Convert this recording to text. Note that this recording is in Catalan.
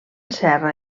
serra